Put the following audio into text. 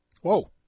Whoa